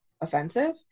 offensive